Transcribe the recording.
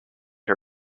her